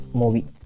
movie